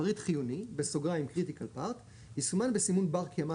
פריט חיוני (Critical part) יסומן בסימון בר-קיימא